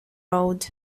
road